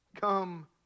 come